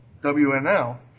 WNL